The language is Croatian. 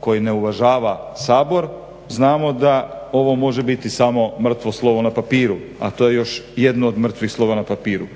koji ne uvažava Sabor, znamo da ovo može biti samo mrtvo slovo na papiru, a to je još jedno od mrtvih slova na papiru.